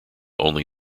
only